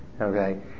okay